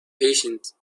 patience